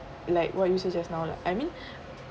like what you said just now lah I mean